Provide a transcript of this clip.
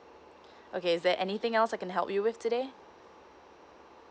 okay is there anything else I can help you with today